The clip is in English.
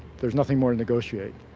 there's nothing more to negotiate.